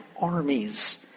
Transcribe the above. armies